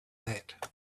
that